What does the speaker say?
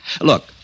Look